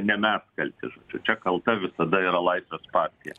ne mes kalti žodžiu čia kalta visada yra laisvės partija